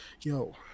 yo